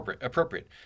appropriate